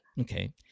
Okay